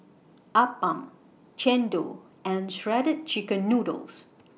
Appam Chendol and Shredded Chicken Noodles